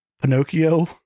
Pinocchio